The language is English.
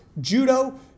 Judo